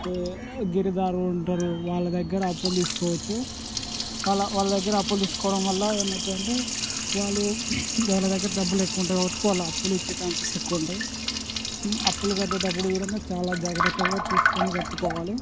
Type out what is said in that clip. ఈ గిర్దావరు ఉంటారు వాళ్ళ దగ్గర అప్పులు తీసుకోవచ్చు వాళ్ళ వాళ్ళ దగ్గర అప్పులు తీసుకోవడం వల్ల ఏమవుతుందంటే వాళ్ళు వాళ్ళ దగ్గర డబ్బులు ఎక్కువ ఉంటాయి కాబట్టి వాళ్ళు అప్పులు ఇచ్చే ఛాన్సెస్ ఎక్కువ ఉంటాయి అప్పులు కట్టేటప్పుడు కూడా చాలా జాగ్రత్తగా చూసుకొని కట్టుకోవాలి